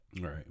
right